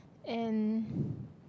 and